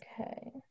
Okay